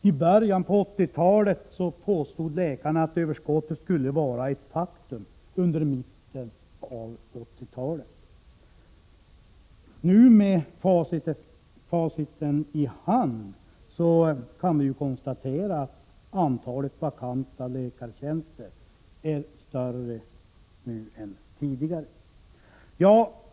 I början av 80-talet påstod läkarna att överskottet skulle vara ett faktum under mitten på 80-talet. Nu — med facit i hand — kan vi konstatera att antalet vakanta läkartjänster är större än tidigare.